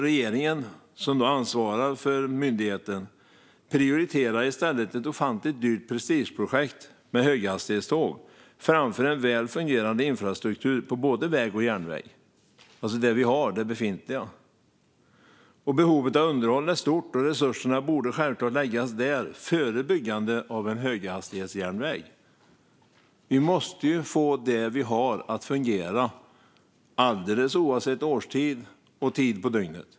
Regeringen, som ansvarar för myndigheten, prioriterar ett ofantligt dyrt prestigeprojekt med höghastighetståg framför en väl fungerande infrastruktur på den befintliga vägen och järnvägen. Behovet av underhåll är stort, och resurserna borde självfallet läggas där snarare än på att bygga en höghastighetsjärnväg. Vi måste få det vi har att fungera, oavsett årstid och tid på dygnet.